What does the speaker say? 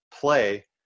play